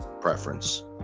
preference